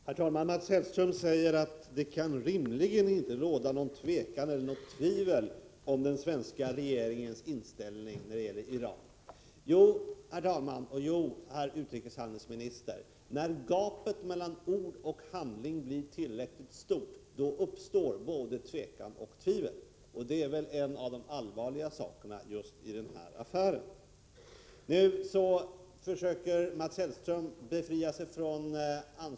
Under senaste året har skoimporten från Tjeckoslovakien ökat kraftigt. Den utgör i dag ett hot mot delar av den svenska, redan tidigare hårt trängda, skoindustrin. Som konkurrensmedel brukas inte bara priset utan också en produktutformning och en marknadsföring som skulle kunna beskrivas som ”märkesintrång”.